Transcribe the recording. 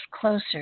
closer